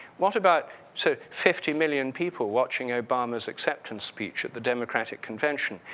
what about so fifty million people watching obama's acceptance speech at the democratic convention.